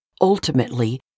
Ultimately